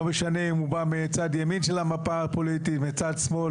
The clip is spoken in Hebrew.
לא משנה אם הוא בא מצד ימין שלא המפה הפוליטית או מצד שמאל,